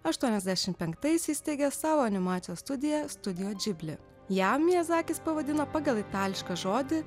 aštuoniasdešim penktais įsteigė savo animacijos studiją studijo džibli ją miazakis pavadino pagal itališką žodį